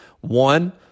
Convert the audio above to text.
One